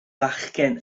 bachgen